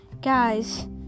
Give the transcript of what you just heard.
Guys